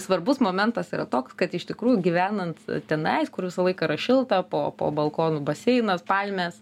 svarbus momentas yra toks kad iš tikrųjų gyvenant tenais kur visą laiką šilta po po balkonu baseinas palmės